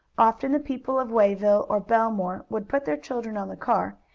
often the people of wayville or bellemere would put their children on the car,